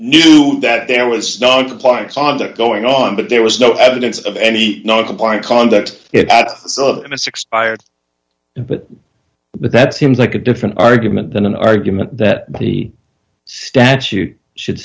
knew that there was no compliance conduct going on but there was no evidence of any non compliant conduct in a six but that seems like a different argument than an argument that the statute should